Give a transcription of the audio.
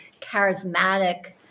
charismatic